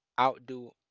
outdo